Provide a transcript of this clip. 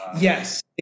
yes